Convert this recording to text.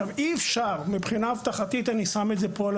אי אפשר מבחינה אבטחתית ואני שם את זה כאן על